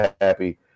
happy